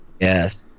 Yes